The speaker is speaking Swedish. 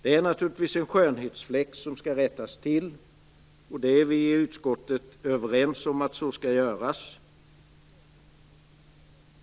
Det är naturligtvis en skönhetsfläck som skall rättas till, och vi i utskottet är överens om att så skall ske.